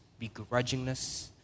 begrudgingness